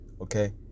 Okay